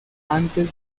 antes